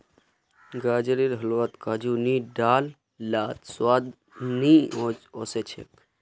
गाजरेर हलवात काजू नी डाल लात स्वाद नइ ओस छेक